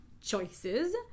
choices